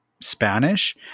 Spanish